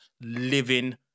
living